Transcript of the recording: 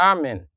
Amen